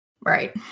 Right